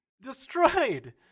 destroyed